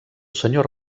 senyor